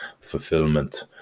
fulfillment